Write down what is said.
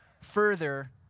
further